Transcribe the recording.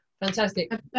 fantastic